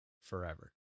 forever